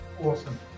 Awesome